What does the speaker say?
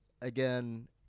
again